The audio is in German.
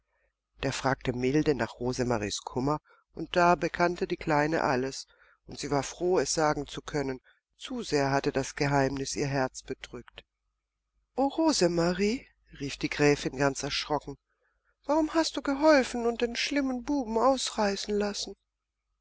der fragte milde nach rosemaries kummer und da bekannte die kleine alles und sie war froh es sagen zu können zu sehr hatte das geheimnis ihr herz bedrückt o rosemarie rief die gräfin ganz erschrocken warum hast du geholfen und den schlimmen jungen ausreißen lassen